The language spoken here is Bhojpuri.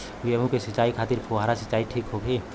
गेहूँ के सिंचाई खातिर फुहारा सिंचाई ठीक होखि?